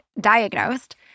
diagnosed